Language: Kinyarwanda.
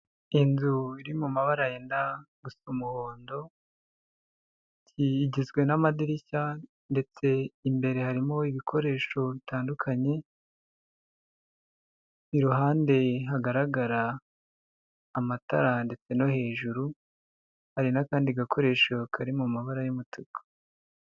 Inzu iri mu mabara yenda gusa umuhondo, igizwe n'amadirishya ndetse imbere harimo ibikoresho bitandukanye, iruhande hagaragara amatara ndetse no hejuru, hari n'akandi gakoresho kari mu mabara y'umutuku.